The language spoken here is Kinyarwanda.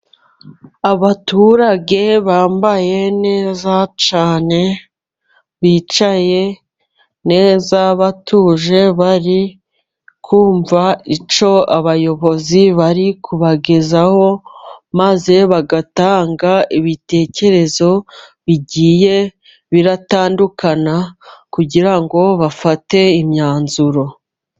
Abaturage bambaye neza cyane, bicaye neza batuje, bari kumva icyo abayobozi bari kubagezaho, maze bagatanga ibitekerezo bigiye bitandukanye kugira ngo bafate imyanzuro.